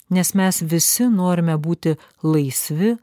nes mes visi norime būti laisvi